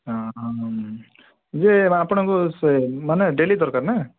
ହଁ ହଁ ଯିଏ ଆପଣଙ୍କୁ ମାନେ ସେ ଡେଲି ଦରକାର ନା